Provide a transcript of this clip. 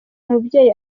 umubyeyi